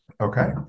okay